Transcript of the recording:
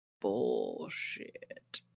bullshit